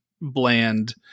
bland